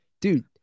dude